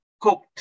cooked